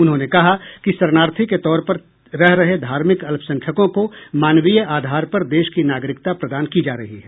उन्होंने कहा कि शरणार्थी के तौर पर रह रहे धार्मिक अल्पसंख्यकों को मानवीय आधार पर देश की नागरिकता प्रदान की जा रही है